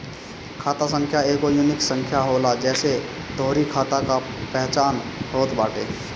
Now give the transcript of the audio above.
खाता संख्या एगो यूनिक संख्या होला जेसे तोहरी खाता कअ पहचान होत बाटे